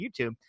YouTube